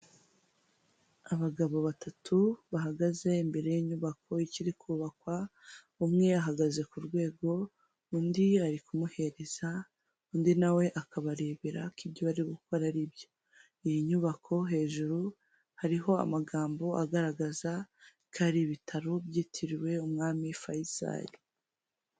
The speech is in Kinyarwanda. Abagabo batatu bahagaze imbere y'inyubako ikiri kubakwa, umwe yahagaze ku rwego undi ari kumuhereza, undi nawe akabarebera ko ibyo bari gukora ari byo, iyi nyubako hejuru hariho amagambo agaragaza ko ari ibitaro byitiriwe umwami fayisari.